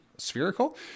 spherical